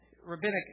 rabbinic